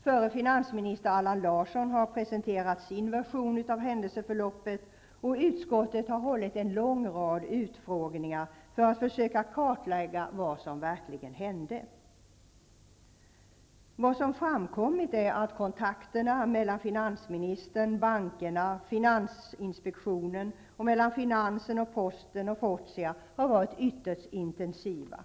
Förre finansministern Allan Larsson har presenterat sin version av händelseförloppet. Utskottet har hållit en lång rad utfrågningar för att försöka kartlägga vad som verkligen hände. Det som har framkommit är att kontakterna mellan finansministern, bankerna, finansinspektionen och mellan finansdepartementet, posten och Fortia har varit ytterst intensiva.